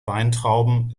weintrauben